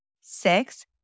Six